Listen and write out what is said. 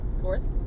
Fourth